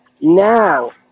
now